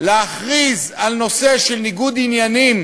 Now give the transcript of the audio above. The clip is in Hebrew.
להכריז על ניגוד עניינים,